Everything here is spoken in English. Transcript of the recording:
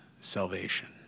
salvation